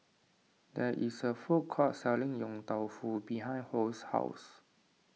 there is a food court selling Yong Tau Foo behind Hoy's house